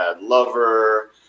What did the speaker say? Lover